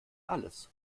alles